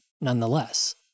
nonetheless